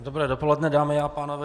Dobré dopoledne, dámy a pánové.